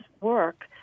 work